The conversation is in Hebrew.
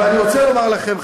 אבל אני רוצה לומר לכם,